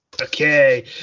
Okay